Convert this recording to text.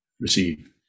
receive